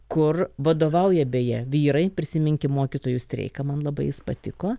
kur vadovauja beje vyrai prisiminkim mokytojų streiką man labai jis patiko